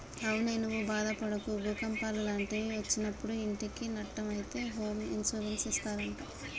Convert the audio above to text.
అవునే నువ్వు బాదపడకు భూకంపాలు లాంటివి ఒచ్చినప్పుడు ఇంటికి నట్టం అయితే హోమ్ ఇన్సూరెన్స్ ఇస్తారట